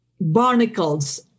barnacles